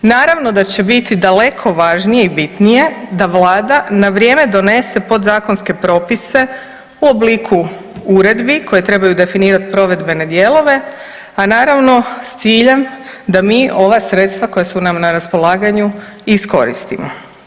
Naravno da će biti daleko važnije i bitnije da Vlada na vrijeme donese podzakonske propise u obliku uredbi koje trebaju definirati provedbene dijelove, a naravno s ciljem da mi ova sredstva koja su nam na raspolaganju iskoristimo.